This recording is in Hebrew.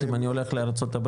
אם אני הולך לארה"ב?